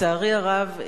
לצערי הרב,